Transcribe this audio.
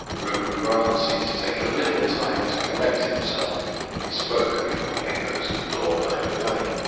rupert grant seemed to take a little time to collect himself but he spoke before the echoes of the door died away.